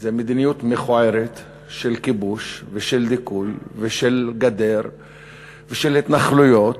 זאת מדיניות מכוערת של כיבוש ושל דיכוי ושל גדר ושל התנחלויות,